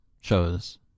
shows